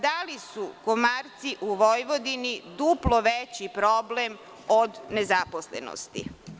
Da li su komarci u Vojvodini duplo veći problem od nezaposlenosti?